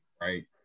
right